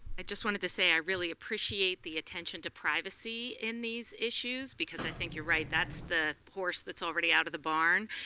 i just wanted to say i really appreciate the attention to privacy in this issues, because i think you're right. that's the course that's already out of the barn.